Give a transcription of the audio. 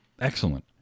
Excellent